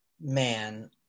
Man